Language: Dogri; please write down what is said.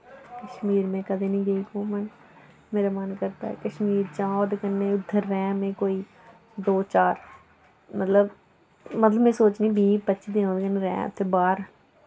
कश्मीर में कदे नेईं गेई घुम्मन मेरा मन करदा ऐ कश्मीर जां ओह्दे कन्नै उत्थै रैंह् में कोई दो चार मतलब मतलब मैं सोचनी बीह् पच्ची दिन ओह्दे कन्नै रैंह् उत्थै बाह्र